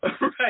Right